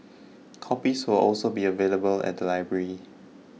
copies will also be available at the libraries